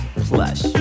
plush